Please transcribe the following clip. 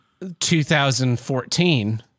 2014